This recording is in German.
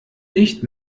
nicht